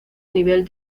nivel